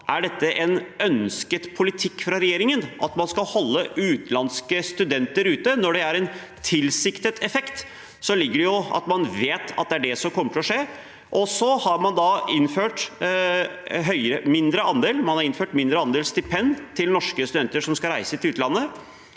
om det er ønsket politikk fra regjeringen at man skal holde utenlandske studenter ute. Når det er en tilsiktet effekt, ligger det jo i det at man vet at det er det som kommer til å skje. Så har man da innført en mindre andel i stipend til norske studenter som skal reise til utlandet,